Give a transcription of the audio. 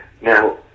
now